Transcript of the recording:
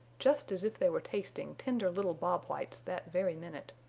just as if they were tasting tender little bob whites that very minute.